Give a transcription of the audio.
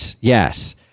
yes